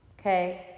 Okay